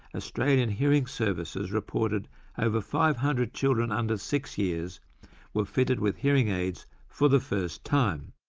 australian hearing services reported over five hundred children under six years were fitted with hearing aids for the first time.